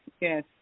yes